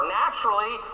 naturally